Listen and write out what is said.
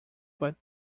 but